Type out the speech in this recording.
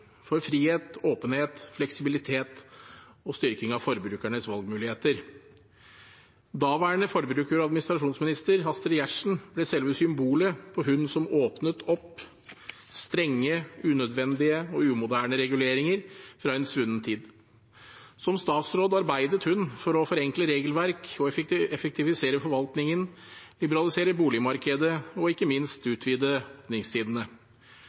for frihet, åpenhet, fleksibilitet og styrking av forbrukernes valgmuligheter. Daværende forbruker- og administrasjonsminister Astrid Gjertsen ble selve symbolet på det å åpne opp strenge, unødvendige og umoderne reguleringer fra en svunnen tid. Som statsråd arbeidet hun for å forenkle regelverk og effektivisere forvaltningen, liberalisere boligmarkedet og ikke minst utvide åpningstidene.